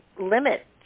limit